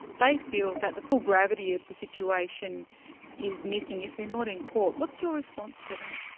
they feel that the full gravity of the situation is missing if they're not in court. what's your response to that?